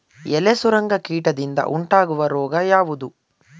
ಎಲೆ ಸುರಂಗ ಕೀಟದಿಂದ ಉಂಟಾಗುವ ರೋಗ ಯಾವುದು?